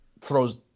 throws